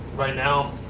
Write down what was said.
right now,